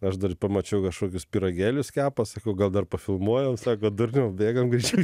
aš dar pamačiau kažkokius pyragėlius kepa sakau gal dar filmuojam sako durniau bėgam greičiau